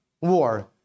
war